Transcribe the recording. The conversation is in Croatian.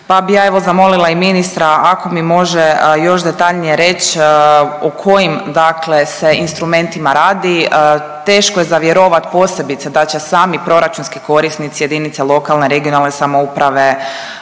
pa bi ja, evo, zamolila i ministra ako mi može još detaljnije reći u kojim dakle se instrumentima radi, teško je za vjerovati, posebice, da će sami proračunski korisnici jedinice lokalne i regionalne samouprave,